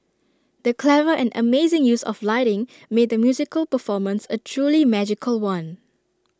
the clever and amazing use of lighting made the musical performance A truly magical one